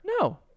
No